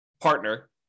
partner